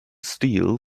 steel